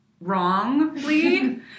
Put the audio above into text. wrongly